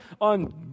on